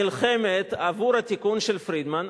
נלחמת עבור התיקון של פרידמן,